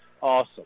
awesome